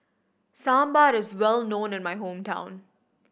Sambar is well known in my hometown